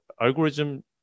algorithm